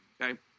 Okay